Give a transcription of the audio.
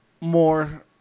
more